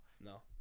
No